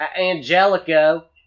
Angelico